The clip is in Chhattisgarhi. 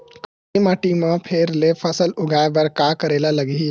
काली माटी म फेर ले फसल उगाए बर का करेला लगही?